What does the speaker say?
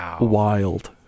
wild